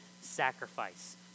sacrifice